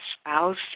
spouse